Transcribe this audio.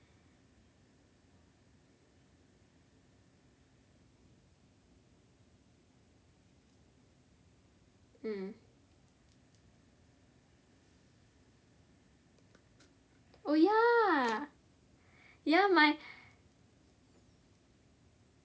mm oh ya ya my